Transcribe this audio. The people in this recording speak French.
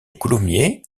coulommiers